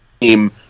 team